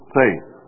faith